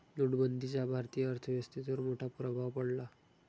नोटबंदीचा भारतीय अर्थव्यवस्थेवर मोठा प्रभाव पडला